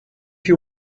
you